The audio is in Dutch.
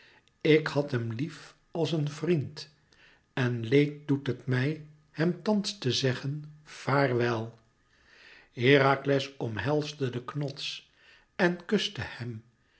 ik had hem lief als een vriend en leed doet het mij hem thans te zeggen vaarwel herakles omhelsde den knots en kuste hem